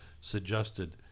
suggested